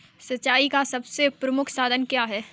सिंचाई का सबसे प्रमुख साधन क्या है?